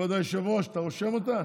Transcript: הינה, כבוד היושב-ראש, אתה רושם אותה?